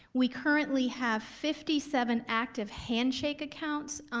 we currently have fifty seven active handshake accounts.